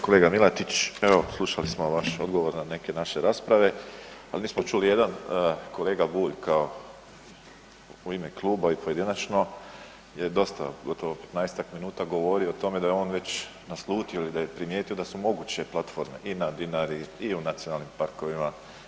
Kolega Milatić evo slušali smo vaš odgovor na neke naše rasprave, ali nismo čuli jedan kolega Bulj kao u ime kluba i pojedinačno je dosta gotovo 15-tak minuta govorio o tome da je on već naslutio ili da je primijetio da su moguće platforme i na Dinari, i u nacionalnim parkovima.